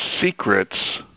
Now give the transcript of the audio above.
secrets